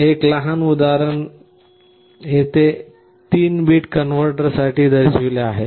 एक लहान उदाहरण येथे 3 बिट कनव्हर्टरसाठी दर्शविले आहे